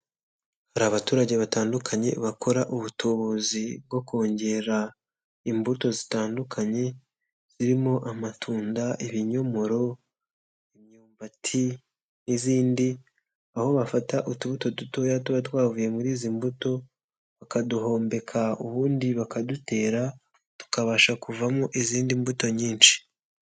Hari abaturage batandukanye bakora ubutubuzi bwo kongera imbuto zitandukanye, zirimo: amatunda, ibinyomoro, imyumbati n'izindi, aho bafata utubuto dutoya tuba twavuye muri izi mbuto bakaduhombeka ubundi bakadutera tukabasha kuvamo izindi mbuto nyinshi.